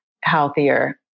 healthier